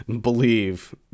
believe